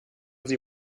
sie